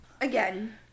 Again